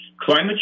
climate